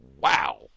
wow